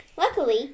Luckily